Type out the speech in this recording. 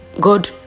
god